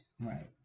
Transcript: Right